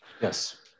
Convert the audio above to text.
Yes